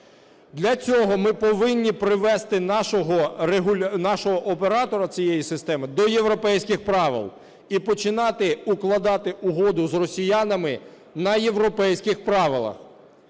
Для цього ми повинні привести нашого оператора цієї системи до європейських правил і починати укладати угоду з росіянами на європейських правилах.